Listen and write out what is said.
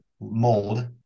mold